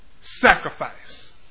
sacrifice